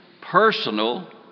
personal